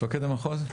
מפקד המחוז.